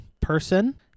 person